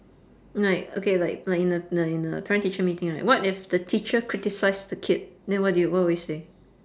like okay like like in the like in the parent teacher meeting right what if the teacher criticise the kid then what do you what will you say